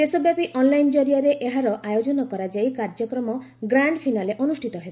ଦେଶ ବ୍ୟାପୀ ଅନ୍ଲାଇନ୍ କରିଆରେ ଏହାର ଆୟୋଜନ କରାଯାଇ କାର୍ଯ୍ୟକ୍ରମର ଗ୍ରାଣ୍ଡ ଫିନାଲେ ଅନୁଷ୍ଠିତ ହେବ